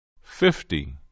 Fifty